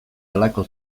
halako